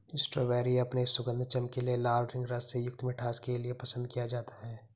strawberry अपने सुगंध, चमकीले लाल रंग, रस से युक्त मिठास के लिए पसंद किया जाता है